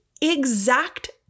exact